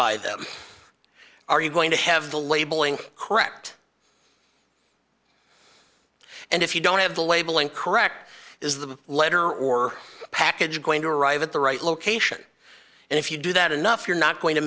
by them are you going to have the labeling correct and if you don't have the labeling correct is the letter or package going to arrive at the right location and if you do that enough you're not going to